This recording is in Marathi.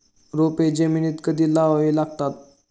रोपे जमिनीत कधी लावावी लागतात?